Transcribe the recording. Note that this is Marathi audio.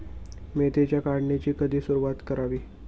मेथीच्या काढणीची कधी सुरूवात करावी?